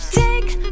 take